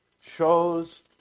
shows